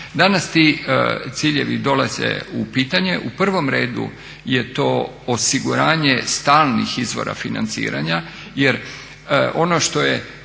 Danas ti ciljevi dolaze u pitanje u prvom redu je to osiguranje stalnih izvora financiranja jer ono što je